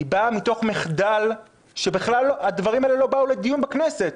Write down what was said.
היא באה מתוך מחדל שהדברים האלו בכלל לא באו לדיון בכנסת.